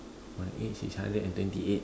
my age is hundred and twenty eight